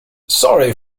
sorry